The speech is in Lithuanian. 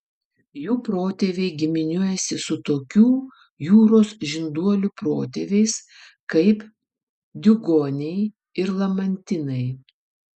jų protėviai giminiuojasi su tokių jūros žinduolių protėviais kaip diugoniai ir lamantinai